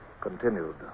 continued